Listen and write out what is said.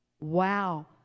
Wow